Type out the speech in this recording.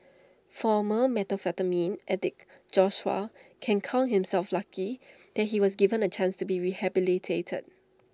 former methamphetamine addict Joshua can count himself lucky that he was given A chance to be rehabilitated